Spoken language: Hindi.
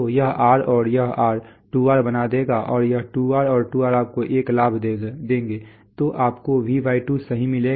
तो यह R और यह R 2R बना देंगे और यह 2R और 2R आपको 1 का लाभ देंगे तो आपको V2 सही मिलेगा